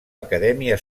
acadèmia